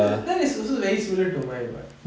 that is also very similar to mine [what]